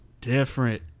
different